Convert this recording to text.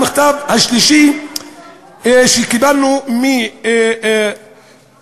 המכתב השלישי שקיבלנו הוא ממרים,